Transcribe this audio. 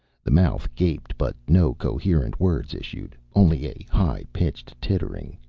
the mouth gaped, but no coherent words issued only a high-pitched tittering.